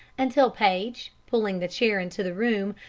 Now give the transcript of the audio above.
until paige, pulling the chair into the room,